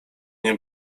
nie